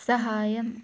സഹായം